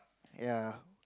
ya